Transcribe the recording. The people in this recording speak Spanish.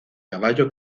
caballo